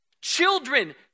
Children